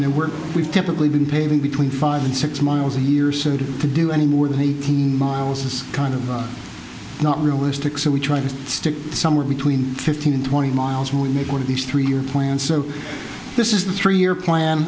and work we've typically been paving between five and six miles in years to do any more than the miles is kind of not realistic so we try to stick somewhere between fifteen and twenty miles when we make one of these three year plan so this is the three year plan